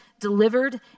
delivered